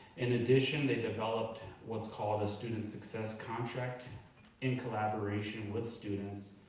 in addition they've developed what's called a student success contract in collaboration with students,